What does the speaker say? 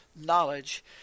knowledge